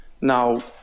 Now